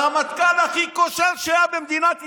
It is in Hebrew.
הרמטכ"ל הכי כושל שהיה במדינת ישראל,